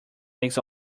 makes